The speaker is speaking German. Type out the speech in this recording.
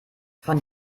von